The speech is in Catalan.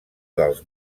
dels